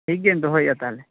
ᱴᱷᱤᱠ ᱜᱮᱭᱟᱧ ᱫᱚᱦᱚᱭᱮᱫᱟ ᱛᱟᱦᱚᱞᱮ